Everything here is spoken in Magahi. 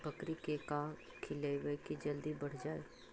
बकरी के का खिलैबै कि जल्दी बढ़ जाए?